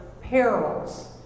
perils